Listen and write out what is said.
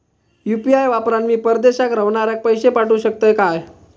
UPI वापरान मी परदेशाक रव्हनाऱ्याक पैशे पाठवु शकतय काय?